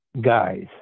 guys